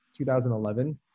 2011